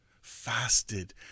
fasted